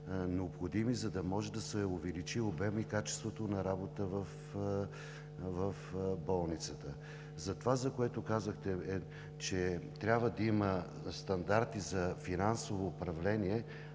необходими, за да може да се увеличи обемът и качеството на работа в болницата. За това, което казахте, че трябва да има стандарти за финансово управление,